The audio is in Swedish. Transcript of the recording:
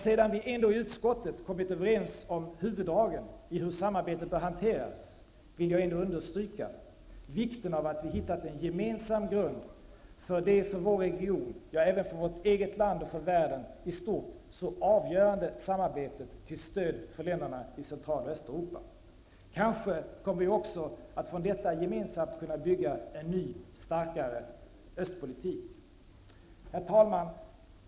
Sedan vi ändå i utskottet kommit överens om huvuddragen i hur samarbetet bör hanteras, vill jag ändå understryka vikten av att vi hittat en gemensam grund för det för vår region, ja, även för vårt eget land och för världen i stort, så avgörande samarbetet till stöd för länderna i Central och Östeuropa. Kanske kommer vi också att från detta gemensamt kunna bygga en ny, starkare östpolitik. Herr talman!